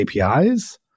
APIs